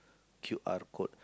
Q R code